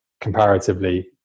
comparatively